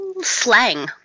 slang